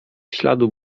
śladu